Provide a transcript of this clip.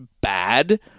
bad